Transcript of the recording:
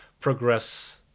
progress